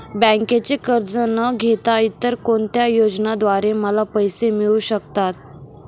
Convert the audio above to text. बँकेचे कर्ज न घेता इतर कोणत्या योजनांद्वारे मला पैसे मिळू शकतात?